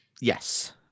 Yes